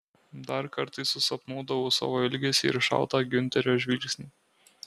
dar kartais susapnuodavau savo ilgesį ir šaltą giunterio žvilgsnį